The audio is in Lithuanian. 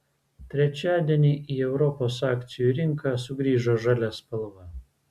trečiadienį į europos akcijų rinką sugrįžo žalia spalva